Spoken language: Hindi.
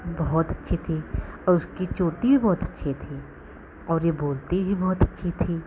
बहुत अच्छी थी और उसकी चोटी भी बहुत अच्छी थी और यह बोलती भी बहुत अच्छी थी